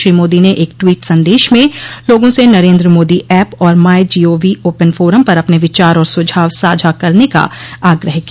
श्री मोदी ने एक ट्वीट संदेश में लोगों से नरेन्द्र मोदी ऐप और my G O V open forum पर अपने विचार और सुझाव साझा करने का आग्रह किया